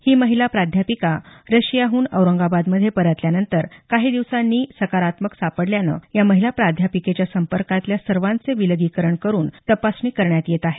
ही महिला प्राध्यापिका रशियाहून औरंगाबादेत परतल्यानंतर काही दिवसांनी पॉजिटिव्ह सापडल्याने या महिला प्राध्यापिकेच्या संपर्कातल्या सर्व जणांचे विलगीकरण करून तपासणी करण्यात येत आहे